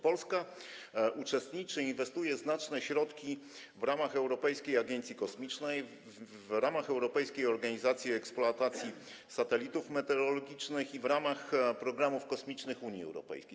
Polska uczestniczy i inwestuje znaczne środki w ramach Europejskiej Agencji Kosmicznej, w ramach Europejskiej Organizacji Eksploatacji Satelitów Meteorologicznych i w ramach programów kosmicznych Unii Europejskiej.